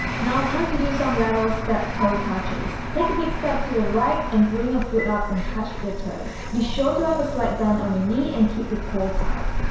now time to do some lateral step toe touches take a big step to the right and bring your foot up and touch your toes be sure to have a slight bend on your knee and keep your core tight